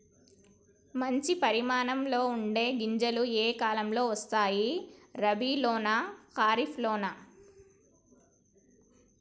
మంచి పరిమాణం ఉండే గింజలు ఏ కాలం లో వస్తాయి? రబీ లోనా? ఖరీఫ్ లోనా?